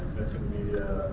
missing media,